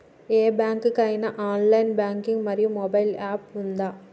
ఏ bank కి ఐనా online banking మరియు మొబైల్ యాప్ ఉందా?